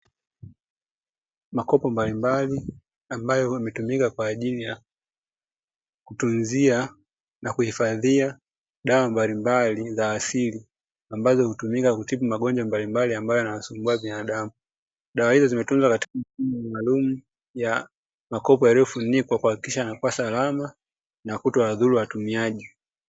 Makopo mbalimbali ambayo yametumika kwa ajili ya kutunzia na kuhifadhia dawa mbalimbali za asili, ambazo hutumika kutibu magonjwa mbalimbali ambayo yanawasumbua binadamu. Dawa hizo zimetunzwa katika maalumu ya makopo yaliyofunikwa kuhakikisha yanakua salama na kutowadhuru watumiaji.